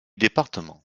département